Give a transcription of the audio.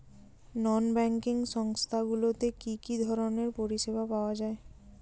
নন banking সংস্থা গুলিতে কি কি ধরনের পরিসেবা পাওয়া য়ায়?